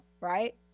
right